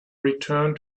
return